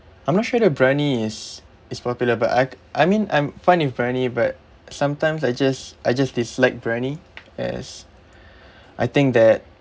I'm not sure that briyani is is popular but I I mean I'm fine with briyani but sometimes I just I just dislike briyani as I think that